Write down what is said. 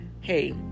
hey